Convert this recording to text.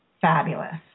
fabulous